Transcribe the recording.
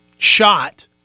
shot